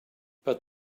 but